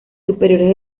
superiores